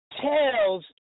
tells